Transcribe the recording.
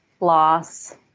loss